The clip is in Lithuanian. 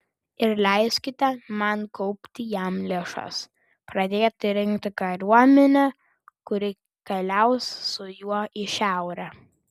ir leiskite man kaupti jam lėšas pradėti rinkti kariuomenę kuri keliaus su juo į šiaurę